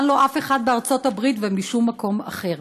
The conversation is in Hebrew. לו אף אחד בארצות הברית ולא בשום מקום אחר.